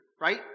right